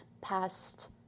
past